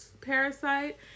Parasite